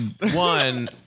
one